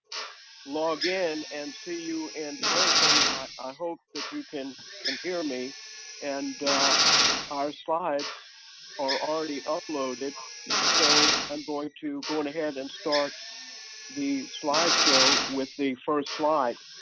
log in and see you in and person. i hope that you can can hear me and our slides are already uploaded so i'm going to go and ahead and start the slideshow with the first slide.